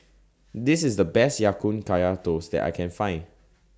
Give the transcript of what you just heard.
This IS The Best Ya Kun Kaya Toast that I Can Find